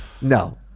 no